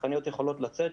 שחקניות יכולות לצאת,